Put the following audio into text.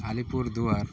Alipur Duar